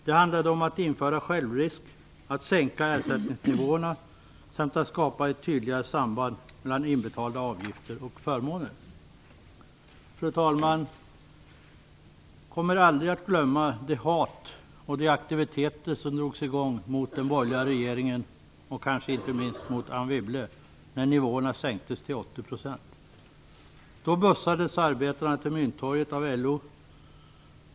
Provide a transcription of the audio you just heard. Det handlade om att införa självrisk, att sänka ersättningsnivåerna samt att skapa ett tydligare samband mellan inbetalda avgifter och förmåner. Fru talman! Jag kommer aldrig att glömma det hat och de aktiviteter som drogs i gång mot den borgerliga regeringen och kanske inte minst mot Anne Wibble när nivåerna sänktes till 80 %. Då bussades arbetarna till Mynttorget av LO.